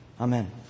Amen